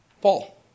Paul